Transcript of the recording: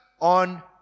on